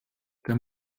der